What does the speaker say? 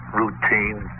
routine